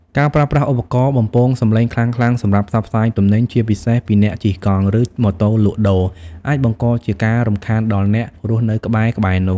ការប្រើប្រាស់ឧបករណ៍បំពងសំឡេងខ្លាំងៗសម្រាប់ផ្សព្វផ្សាយទំនិញ ជាពិសេសពីអ្នកជិះកង់ ឬម៉ូតូលក់ដូរ អាចបង្កជាការរំខានដល់អ្នករស់នៅក្បែរៗនោះ។